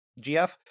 GF